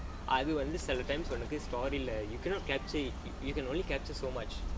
அது வந்து சில:athu vanthu sila times வந்து:vanthu story you cannot capture it you can only capture so much